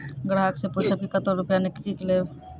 ग्राहक से पूछब की कतो रुपिया किकलेब?